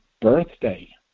birthday